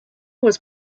was